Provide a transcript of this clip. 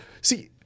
See